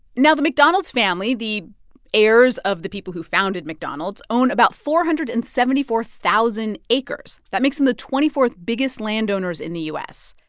now, the mcdonald's family, the heirs of the people who founded mcdonald's, own about four hundred and seventy four thousand acres. that makes them the twenty fourth biggest landowners in the u s.